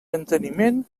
enteniment